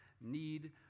need